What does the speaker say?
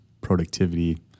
productivity